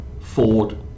Ford